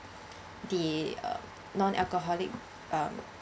the um non alcoholic um